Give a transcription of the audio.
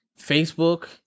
Facebook